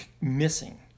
missing